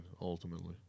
ultimately